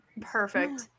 Perfect